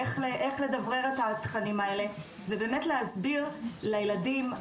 איך לדברר את התכנים האלה ובאמת להסביר לילדים,